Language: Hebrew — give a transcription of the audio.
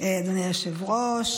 אדוני היושב-ראש,